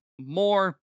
more